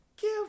Give